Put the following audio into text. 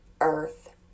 earth